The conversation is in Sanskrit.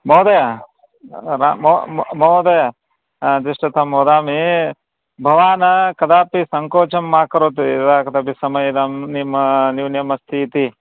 महोदय म महोदय तिष्ठतु वदामि भवान् कदापि सङ्कोचं मा करोतु यदा कदापि समयं नि न्यूनमस्ति इति